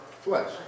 flesh